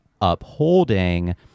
upholding